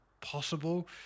possible